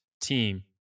team